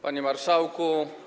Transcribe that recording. Panie Marszałku!